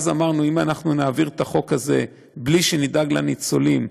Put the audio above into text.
אז אמרנו: אם אנחנו נעביר את החוק הזה בלי שנדאג לניצולים,